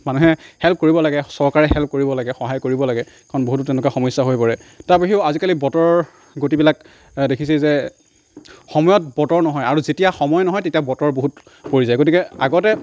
মানুহে হেল্প কৰিব লাগে চৰকাৰে হেল্প কৰিব লাগে সহায় কৰিব লাগে কাৰণ বহুতো তেনেকুৱা সমস্যা হৈ পৰে তাৰ বাহিৰেও আজিকালি বতৰৰ গতিবিলাক দেখিছেই যে সময়ত বতৰ নহয় আৰু যেতিয়া সময় নহয় তেতিয়া বতৰ বহুত পৰি যায় গতিকে আগতে